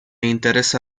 interesa